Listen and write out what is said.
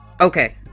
Okay